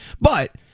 But-